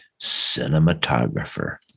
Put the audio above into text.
cinematographer